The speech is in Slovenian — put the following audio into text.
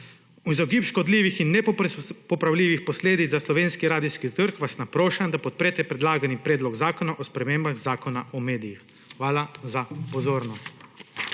V izogib škodljivim in nepopravljivim posledicam za slovenski radijski trg vas naprošam, da podprete predlagani Predlog zakona o spremembah Zakona o medijih. Hvala za pozornost.